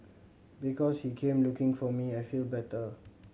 because he came looking for me I feel better